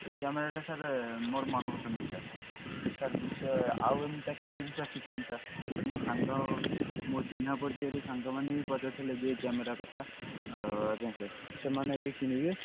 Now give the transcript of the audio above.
ଏଇ କ୍ୟାମେରାଟା ସାର୍ ମୋର ମନପସନ୍ଦ ହେଇଛି ସାର୍ ସାର୍ ବିଷୟ ଆଉ ଏମିତି କେତେ ପିସ୍ ଅଛି କୁହନ୍ତୁ ସାର୍ ସାର୍ ମୋ ସାଙ୍ଗ ମୋ ଚିହ୍ନା ପରିଚୟରେ ସାଙ୍ଗମାନେ ବି ପଚାରୁ ଥିଲେ ଯେ କ୍ୟାମେରା କଥା ଆଉ ଆଜ୍ଞା ସାର୍ ସେମାନେ ବି କିଣିବେ